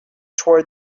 toward